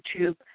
YouTube